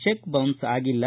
check bounce ಅಗಿಲ್ಲ